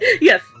Yes